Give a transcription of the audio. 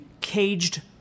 caged